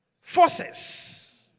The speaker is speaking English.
forces